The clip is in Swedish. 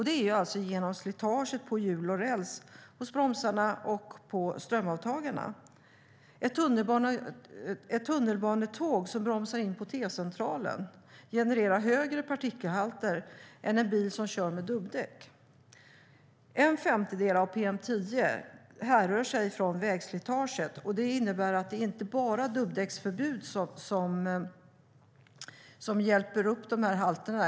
Det sker genom slitage på hjul, räls, bromsar och strömavtagare. Ett tunnelbanetåg som bromsar in på T-centralen genererar högre partikelhalter än en bil som kör med dubbdäck. En femtedel av PM10 härrör från vägslitaget, vilket innebär att det inte bara är dubbdäcksförbud som får ned halterna.